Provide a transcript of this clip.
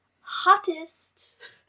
hottest